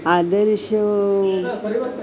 आदर्शः